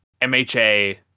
mha